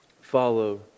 follow